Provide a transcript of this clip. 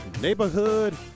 neighborhood